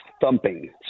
thumping